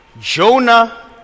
Jonah